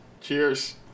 Cheers